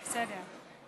בסדר.